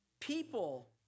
people